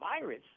virus